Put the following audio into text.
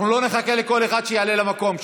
אנחנו לא נחכה לכל אחד שיעלה למקום שלו.